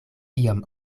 iom